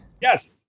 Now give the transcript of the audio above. Yes